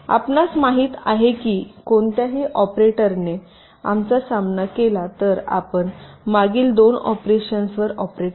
आपणास माहित आहे की कोणत्याही ऑपरेटरने आमचा सामना केला तर आपण मागील 2 ऑपरेशन्सवर ऑपरेट केले